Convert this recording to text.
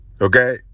okay